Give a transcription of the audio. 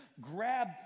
grab